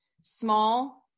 small